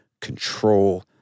control